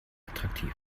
attraktiv